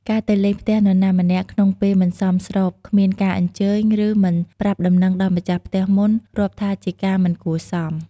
ការទៅលេងផ្ទះនរណាម្នាក់ក្នុងពេលមិនសមស្រប គ្មានការអញ្ជើញ ឬ មិនប្រាប់ដំណឹងដល់ម្ចាស់ផ្ទះមុន រាប់ថាជាការមិនគួរសម។